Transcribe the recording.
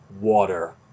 water